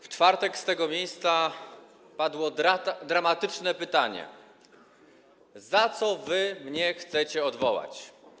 W czwartek z tego miejsca padło dramatyczne pytanie: Za co wy mnie chcecie odwołać?